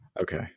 Okay